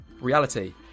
Reality